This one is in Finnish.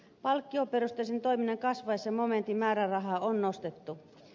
palkkioperusteisen toiminnan kasvaessa momentin määrärahaa on nostettu